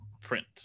print